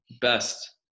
best